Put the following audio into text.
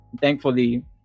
Thankfully